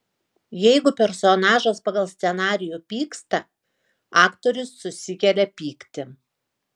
jeigu personažas pagal scenarijų pyksta aktorius susikelia pyktį